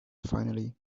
finally